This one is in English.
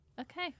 Okay